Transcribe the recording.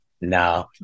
no